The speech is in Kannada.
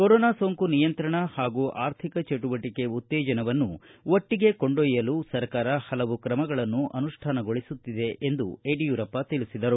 ಕೊರೊನಾ ಸೋಂಕು ನಿಯಂತ್ರಣ ಹಾಗೂ ಆರ್ಥಿಕ ಚಟುವಟಕೆ ಉತ್ತೇಜನವನ್ನು ಒಟ್ಟಿಗೆ ಕೊಂಡೊಯ್ಕಲು ಸರ್ಕಾರ ಪಲವು ಕ್ರಮಗಳನ್ನು ಅನುಷ್ಟಾನಗೊಳಿಸುತ್ತಿದೆ ಎಂದು ಯಡಿಯೂರಪ್ಪ ತಿಳಿಸಿದರು